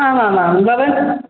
आमामां भवान्